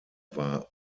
war